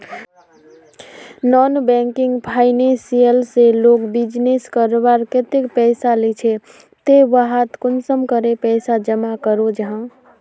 Non banking financial से लोग business करवार केते पैसा लिझे ते वहात कुंसम करे पैसा जमा करो जाहा?